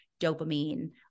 dopamine